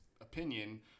opinion